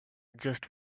just